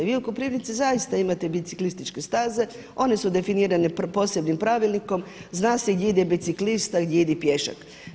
Vi u Koprivnici zaista imate biciklističke staze, one su definirane posebnim pravilnikom, zna se gdje ide biciklista, gdje ide pješak.